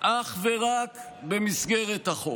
אך ורק במסגרת החוק,